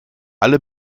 alle